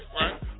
right